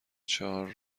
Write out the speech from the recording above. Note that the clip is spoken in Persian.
چهار